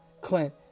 Clint